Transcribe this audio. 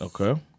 Okay